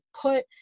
put